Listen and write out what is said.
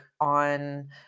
on